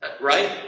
Right